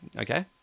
okay